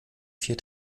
vier